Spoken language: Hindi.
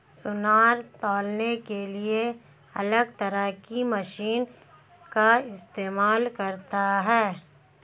सुनार तौलने के लिए अलग तरह की मशीन का इस्तेमाल करता है